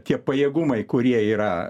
tie pajėgumai kurie yra